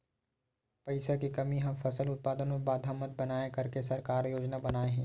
पईसा के कमी हा फसल उत्पादन मा बाधा मत बनाए करके सरकार का योजना बनाए हे?